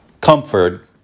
Comfort